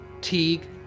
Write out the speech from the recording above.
Teague